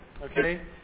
Okay